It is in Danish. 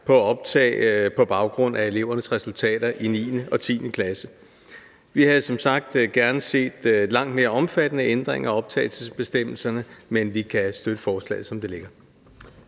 på baggrund af elevernes resultater i 9. og 10. klasse. Vi havde som sagt gerne set langt mere omfattende ændringer af optagelsesbestemmelserne, men vi kan støtte forslaget, som det ligger.